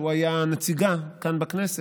שהוא היה נציגה כאן בכנסת,